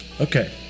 Okay